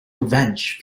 revenge